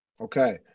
Okay